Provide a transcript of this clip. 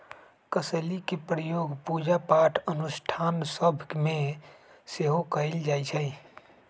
कसेलि के प्रयोग पूजा पाठ अनुष्ठान सभ में सेहो कएल जाइ छइ